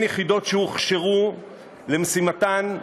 אין יחידות שהוכשרו למשימתן,